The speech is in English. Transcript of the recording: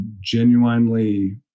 genuinely